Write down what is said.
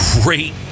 great